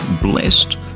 Blessed